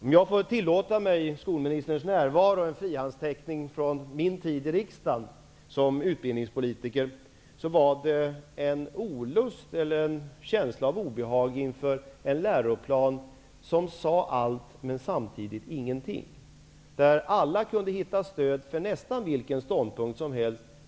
Om jag i skolministerns närvaro får tillåta mig en frihandsteckning från min tid som utbildningspolitiker i riksdagen, så var det en känsla av obehag inför den läroplan som sade allt, men samtidigt ingenting. Där kunde alla finna stöd för nästan vilken ståndpunkt som helst.